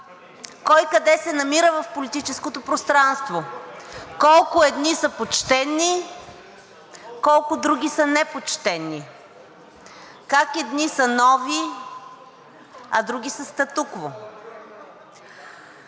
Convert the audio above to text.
кой къде се намира в политическото пространство, колко едни са почтени, колко други са непочтени, как едни са нови, а други са статукво.